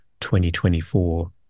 2024